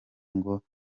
ngo